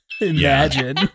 Imagine